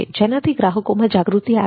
જેનાથી ગ્રાહકોમાં જાગૃતિ આવે છે